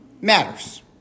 matters